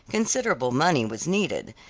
considerable money was needed,